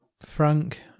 Frank